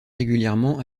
régulièrement